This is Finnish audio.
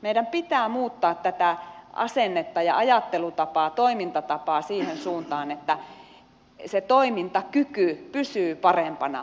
meidän pitää muuttaa tätä asennetta ja ajattelutapaa toimintatapaa siihen suuntaan että se toimintakyky pysyy parempana pidempään